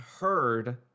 heard